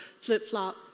flip-flop